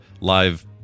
live